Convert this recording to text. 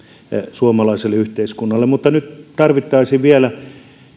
suomalaiselle yhteiskunnalle mutta nyt tarvittaisiin vielä